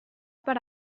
per